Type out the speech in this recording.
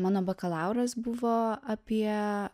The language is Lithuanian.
mano bakalauras buvo apie